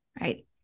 right